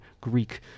Greek